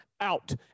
out